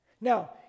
Now